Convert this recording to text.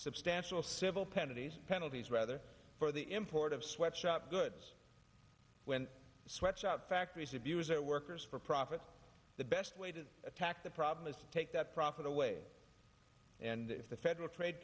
substantial civil penalties penalties rather for the import of sweatshop goods when sweatshop factories abuse it workers for profit the best way to attack the problem is to take that profit away and if the federal trade